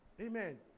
Amen